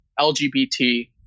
LGBT